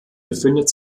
befindet